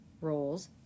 roles